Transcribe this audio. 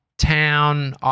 town